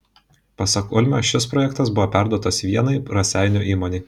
pasak ulmio šis projektas buvo perduotas vienai raseinių įmonei